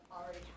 already